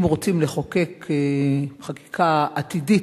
אם רוצים לחוקק חקיקה עתידית,